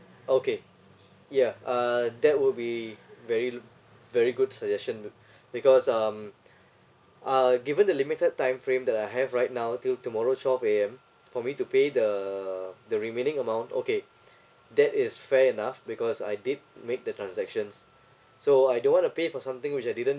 okay yeah uh that will be very very good suggestion because um uh given the limited time frame that I have right now till tomorrow twelve A_M for me to pay the the remaining amount okay that is fair enough because I did make the transactions so I don't want to pay for something which I didn't